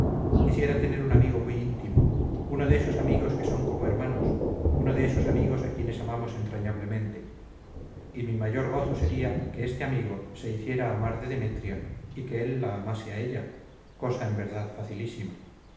quisiera tener un amigo muy íntimo uno de esos amigos que son como hermanos uno de esos amigos a quienes amamos entrañablemente y mi mayor gozo sería que este amigo se hiciera amar de demetria y que él la amase a ella cosa en verdad facilísima